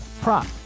prop